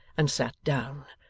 and sat down,